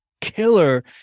killer